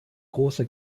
große